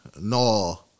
no